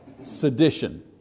sedition